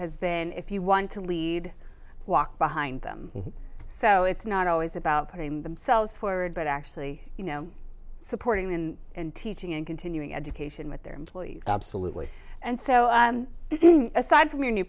has been if you want to lead walk behind them so it's not always about putting themselves forward but actually you know supporting in and teaching and continuing education with their employees absolutely and so aside from your new